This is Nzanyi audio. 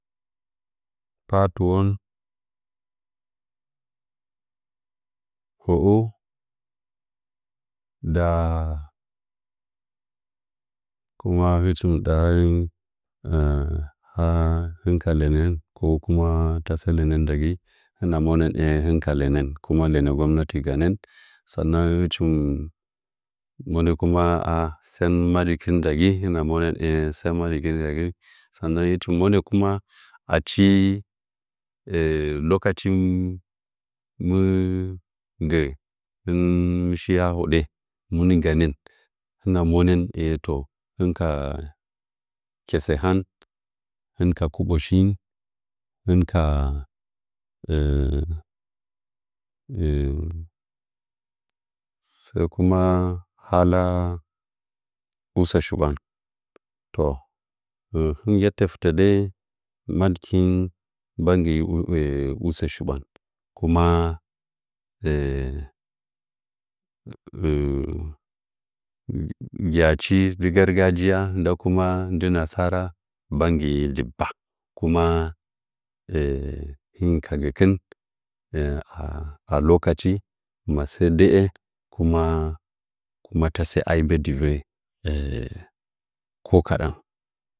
Patuwo hoo nda kuma hɨchɨm dari tasɚ lɚnɚ ndagɨ hɨna monɚ aye hituka lɚnɚn kuma lɚnɚ gomnati gamɚ saanan hɨchim monɚ kuma a sɚn madɨkɨh ndagɨ hɨna monɚ aye sɚn madɨkin saunai hɨchim monɚ ku ma achi lokacin mɨ gɚ lɨn mɨ shi a hoɗɚ mun ganɚ yee to hɨh ka kɚlɚ han hɨnka kaɓo shin hin ka sai kuma hala usɚ shi bwan to hɨn mɨ yette, fitɚ dai madɨ kinyi mbagɨ nya usɚ shiɓwan kuma njachi nggɨ garga jiya nda kuma ndɚ nasara mban gɨ nyi i gi back kuma hingi ka gɚkin a lokaci masɚ dɚɚ kuma tasɚ aibɚ dɨvɚ ko kaɗan